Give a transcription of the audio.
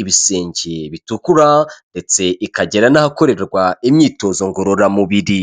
ibisenge bitukura ndetse ikagira n'ahakorerwa imyitozo ngororamubiri.